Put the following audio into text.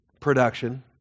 production